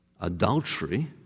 adultery